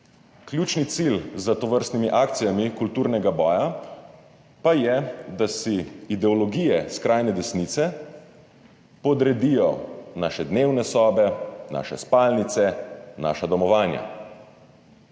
kulturnega boja s tovrstnimi akcijami pa je, da si ideologije skrajne desnice podredijo naše dnevne sobe, naše spalnice, naša domovanja,